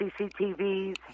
CCTVs